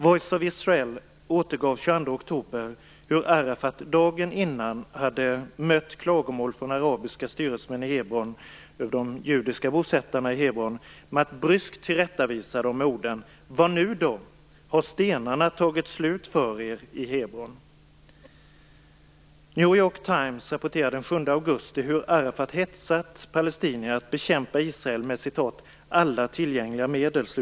Voice of Israel återgav den 22 oktober hur Arafat dagen innan hade bemött klagomål från arabiska styresmän i Hebron över de judiska bosättarna där med att bryskt tillrättavisa dem med orden: "Vad nu då? Har stenarna tagit slut för er i Hebron?" New York Times rapporterar den 7 augusti hur Arafat hetsat palestinier att bekämpa Israel med "alla tillgängliga medel".